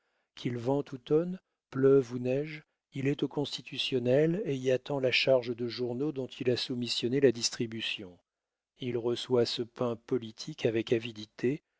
qu'il vente ou tonne pleuve ou neige il est au constitutionnel et y attend la charge de journaux dont il a soumissionné la distribution il reçoit ce pain politique avec avidité